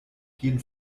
jeden